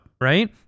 Right